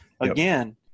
Again